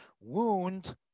wound